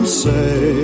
say